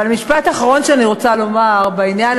אבל משפט אחרון שאני רוצה לומר בעניין